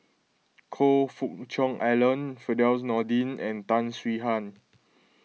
Choe Fook Cheong Alan Firdaus Nordin and Tan Swie Hian